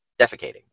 defecating